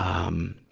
um,